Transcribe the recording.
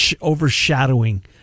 overshadowing